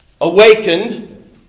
awakened